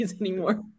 anymore